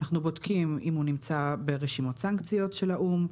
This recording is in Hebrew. אנחנו בודקים אם הוא נמצא ברשימות סנקציות של האו"ם,